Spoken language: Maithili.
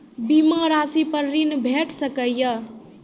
बीमा रासि पर ॠण भेट सकै ये?